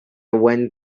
went